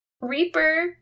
Reaper